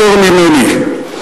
יותר ממני.